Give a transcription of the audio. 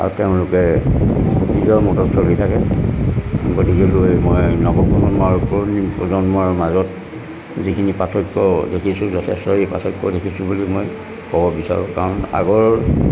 আৰু তেওঁলোকে নিজৰ মতত চলি থাকে গতিকেলৈ মই নৱপ্ৰজন্ম আৰু পুৰণি প্ৰজন্মৰ মাজত যিখিনি পাৰ্থক্য দেখিছোঁ যথেষ্ট এই পাৰ্থক্য দেখিছোঁ বুলি মই ক'ব বিচাৰোঁ কাৰণ আগৰ